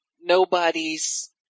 nobody's